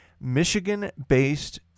Michigan-based